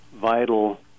vital